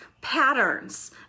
patterns